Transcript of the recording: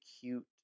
cute